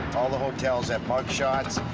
all the hotels have mug shots.